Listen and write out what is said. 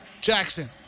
Jackson